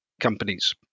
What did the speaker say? companies